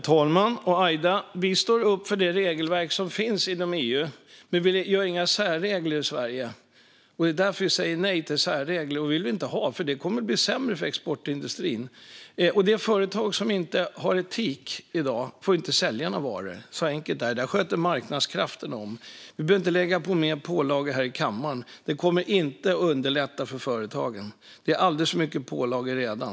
Herr talman! Vi står upp för det regelverk som finns inom EU, men vi gör inga särregler i Sverige. Det är därför vi säger nej. Särregler vill vi inte ha, för det kommer att bli sämre för exportindustrin. Det företag som inte har etik i dag får inte sälja några varor. Så enkelt är det. Det där sköter marknadskrafterna om. Vi behöver inte lägga på mer pålagor här i kammaren. Det kommer inte att underlätta för företagen. Det är alldeles för mycket pålagor redan.